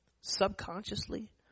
subconsciously